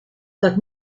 tot